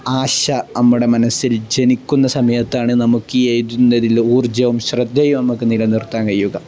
ആശ നമ്മുടെ മനസ്സിൽ ജനിക്കുന്ന സമയത്താണ് നമുക്കീ എഴുതുന്നതിൽ ഊർജ്ജവും ശ്രദ്ധയും നമുക്കു നിലനിർത്താൻ കഴിയുക